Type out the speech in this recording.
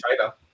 China